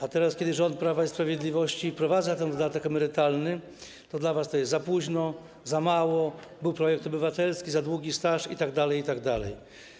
A teraz, kiedy rząd Prawa i Sprawiedliwości wprowadza dodatek emerytalny, dla was to jest za późno, za mało - był projekt obywatelski - za długi staż itd., itd.